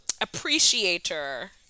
appreciator